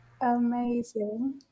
Amazing